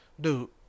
dude